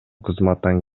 кызматтан